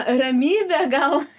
ramybę gal